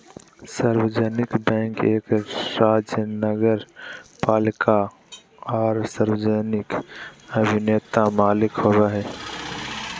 सार्वजनिक बैंक एक राज्य नगरपालिका आर सार्वजनिक अभिनेता मालिक होबो हइ